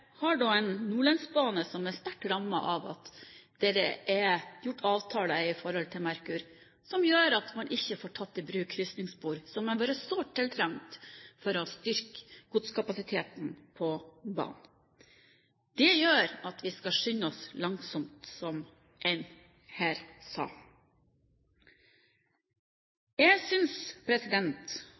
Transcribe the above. sterkt rammet av at det er gjort avtaler i forhold til Merkur som gjør at man ikke får tatt i bruk krysningsspor, som er sårt tiltrengt for å styrke godskapasiteten på banen. Det gjør at vi skal skynde oss langsomt, som en her sa. Jeg synes